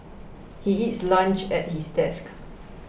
he eats lunch at his desk